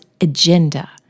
agenda